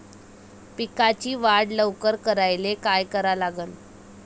पिकाची वाढ लवकर करायले काय करा लागन?